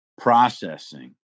processing